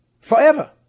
forever